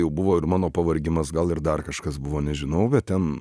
jau buvo ir mano pavargimas gal ir dar kažkas buvo nežinau bet ten